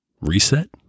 reset